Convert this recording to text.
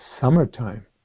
summertime